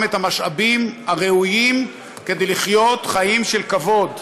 את המשאבים הראויים כדי לחיות חיים של כבוד,